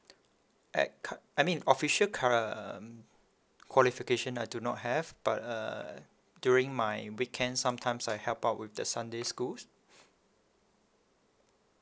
at qu~ I mean official qu~ uh qualification I do not have but uh during my weekends sometimes I help out with the sunday schools